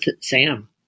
Sam